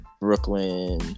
Brooklyn